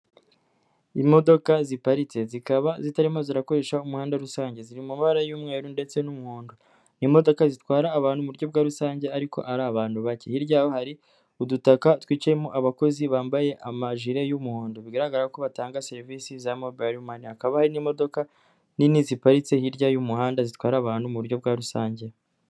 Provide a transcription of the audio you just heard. Imodoka ziparitse zikaba zitarimo zirakoresha umuhanda rusange ziri mu mabara y'umweru ndetse n'umuhondo n'imodoka zitwara abantu mu buryo bwa rusange ariko ari abantu bake hiryaho hari udutaka twicayemo abakozi bambaye amajire y'umuhondo bigaragara ko batanga serivisi za mobayiro mani hakabaye hari n'imodoka nini ziparitse hirya y'umuhanda zitwara abantu muburyo bwa rusange.